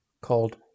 called